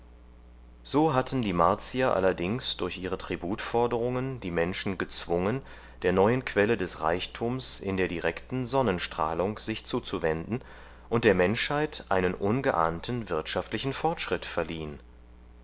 so hatten die martier allerdings durch ihre tributforderungen die menschen gezwungen der neuen quelle des reichtums in der direkten sonnenstrahlung sich zuzuwenden und der menschheit einen ungeahnten wirtschaftlichen fortschritt verliehen